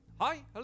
hi